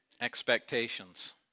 Expectations